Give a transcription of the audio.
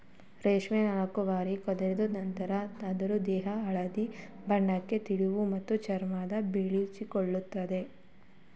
ರೇಷ್ಮೆ ನಾಲ್ಕುಬಾರಿ ಕರಗಿದ ನಂತ್ರ ಅದ್ರ ದೇಹ ಹಳದಿ ಬಣ್ಣಕ್ಕೆ ತಿರುಗ್ತದೆ ಮತ್ತೆ ಚರ್ಮ ಬಿಗಿಯಾಗ್ತದೆ